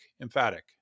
emphatic